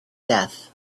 death